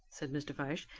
said mr. fyshe.